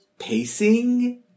pacing